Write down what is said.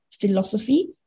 philosophy